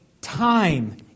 time